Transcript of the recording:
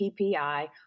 PPI